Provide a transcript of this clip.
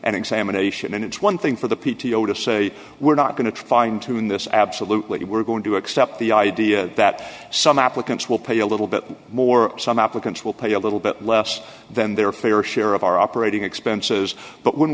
and examination and it's one dollar thing for the p t o to say we're not going to fine tune this absolutely we're going to accept the idea that some applicants will pay a little bit more some applicants will pay a little bit less than their fair share of our operating expenses but when